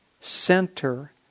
center